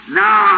now